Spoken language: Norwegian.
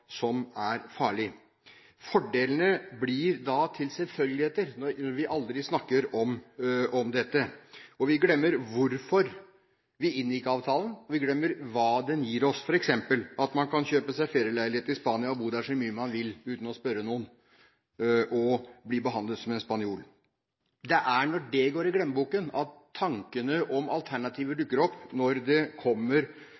som er farlig. Fordelene blir da, når vi aldri snakker om dette, til selvfølgeligheter. Vi glemmer hvorfor vi inngikk avtalen, og vi glemmer hva den gir oss, f.eks. at man kan kjøpe seg ferieleilighet i Spania og bo der så mye man vil uten å spørre noen, og bli behandlet som en spanjol. Det er når det går i glemmeboken at tankene om alternativer